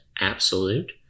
absolute